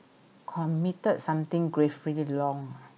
committed something gravely wrong ah